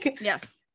Yes